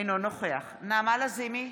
אינו נוכח נעמה לזימי,